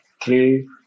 three